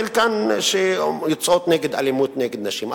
וחלקן יוצאות נגד אלימות נגד נשים.